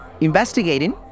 investigating